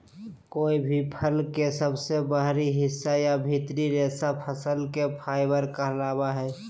कोय भी फल के सबसे बाहरी हिस्सा या भीतरी रेशा फसल के फाइबर कहलावय हय